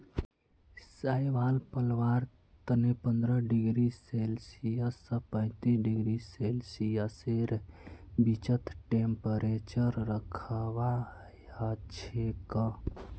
शैवाल पलवार तने पंद्रह डिग्री सेल्सियस स पैंतीस डिग्री सेल्सियसेर बीचत टेंपरेचर रखवा हछेक